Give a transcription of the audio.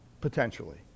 potentially